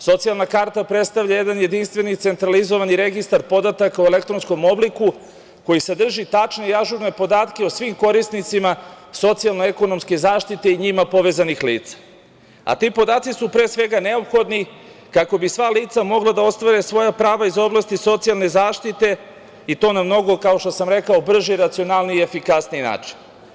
Socijalna karta predstavlja jedan jedinstveni centralizovani registar podataka u elektronskom obliku koji sadrži tačne i ažurne podatke o svim korisnicima socijalnoekonomske zaštite i njima povezanih lica, a ti podaci su pre svega neophodni kako bi sva lica mogla da ostvare svoja prava iz oblasti socijalne zaštite i to na mnogo, kao što sam rekao, brži, racionalniji i efikasniji način.